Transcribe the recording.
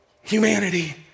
humanity